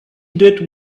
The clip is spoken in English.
did